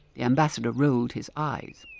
ambassador rolled his eyes.